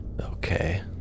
Okay